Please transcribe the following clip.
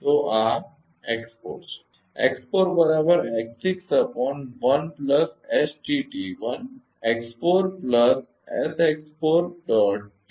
તો આ x4 છે